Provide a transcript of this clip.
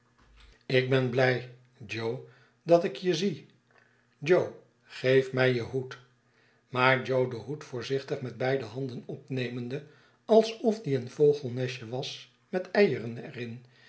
ik ben blij jo dat ik je zie jo geef mij je hoed maar jo den hoed voorzichtig met beide handen opnemende alsof die een vogelnestje was met eieren er